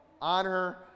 Honor